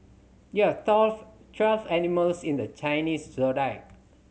there are twelve animals in the Chinese Zodiac